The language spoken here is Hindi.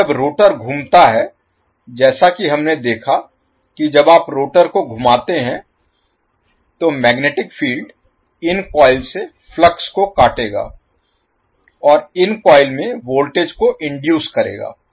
अब जब रोटर घूमता है जैसा कि हमने देखा कि जब आप रोटर को घुमाते हैं तो मैग्नेटिक फील्ड इन कॉइल से फ्लक्स को काटेगा और इन कॉइल में वोल्टेज को इनडुइस करेगा